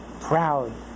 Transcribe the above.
proud